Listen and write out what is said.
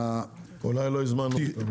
אולי לא הזמנו אותם.